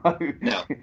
No